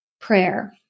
Prayer